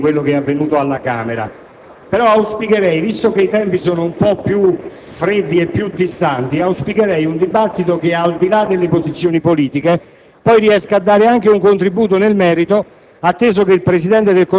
c'è la necessità di ripetere, da parte di alcuni colleghi, quello che è avvenuto alla Camera, ma auspicherei, visto che i tempi sono un po' più freddi e più distanti, un dibattito che, al di là delle posizioni politiche,